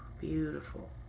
Beautiful